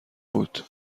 بود